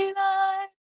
life